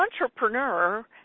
entrepreneur